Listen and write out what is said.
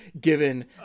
given